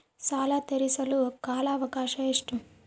ಸಾಲ ತೇರಿಸಲು ಕಾಲ ಅವಕಾಶ ಎಷ್ಟು?